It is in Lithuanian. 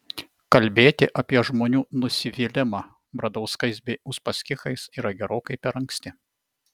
kalbėti apie žmonių nusivylimą bradauskais bei uspaskichais yra gerokai per anksti